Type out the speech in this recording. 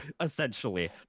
essentially